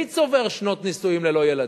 מי צובר שנות נישואים ללא ילדים,